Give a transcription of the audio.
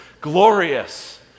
glorious